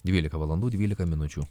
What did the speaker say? dvylika valandų dvylika minučių